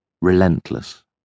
relentless